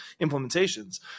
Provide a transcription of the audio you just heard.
implementations